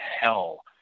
hell